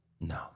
No